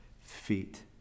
feet